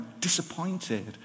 Disappointed